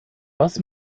was